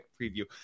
preview